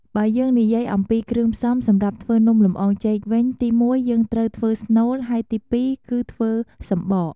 បើយើងនិយាយអំពីគ្រឿងផ្សំសម្រាប់ធ្វើនំលម្អងចេកវិញ ទីមួយយើងត្រូវធ្វើស្នូល ហើយទីពីរគឺធ្វើសំបក។